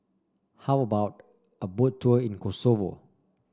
how about a Boat Tour in Kosovo